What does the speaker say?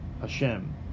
Hashem